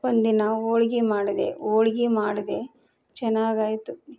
ಒಂದು ದಿನ ಹೋಳ್ಗಿ ಮಾಡಿದೆ ಹೋಳ್ಗಿ ಮಾಡಿದೆ ಚೆನ್ನಾಗಾಯ್ತು